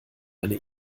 eine